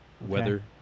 weather